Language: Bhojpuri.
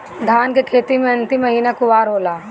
धान के खेती मे अन्तिम महीना कुवार होला?